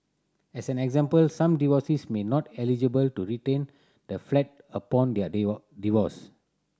as an example some divorcees may not be eligible to retain the flat upon their divorce